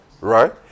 right